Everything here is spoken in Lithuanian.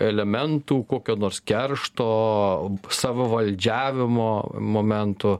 elementų kokio nors keršto savavaldžiavimo momentų